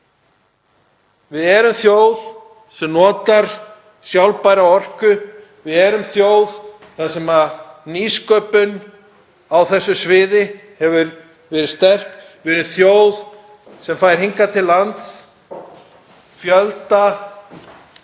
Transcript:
Við erum þjóð sem notar sjálfbæra orku. Við erum þjóð þar sem nýsköpun á þessu sviði hefur verið sterk. Við erum þjóð sem fær hingað til lands fjölda